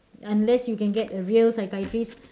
unless you can get a real psychiatrist